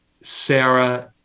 Sarah